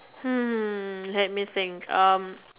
hmm let me think um